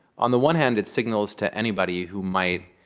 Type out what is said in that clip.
on the one hand, it signals to anybody who might